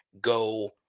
go